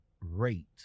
rate